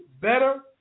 better